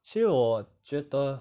其实我觉得